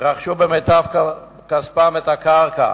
רכשו במיטב כספם את הקרקע.